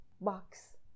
box